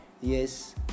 Yes